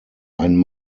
ein